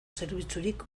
zerbitzurik